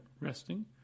resting